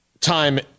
time